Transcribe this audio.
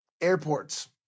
Airports